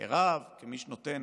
כרב, כמי שנותן